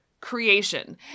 creation